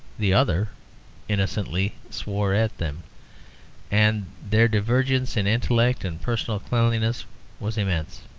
the other innocently swore at them and their divergence in intellect and personal cleanliness was immense.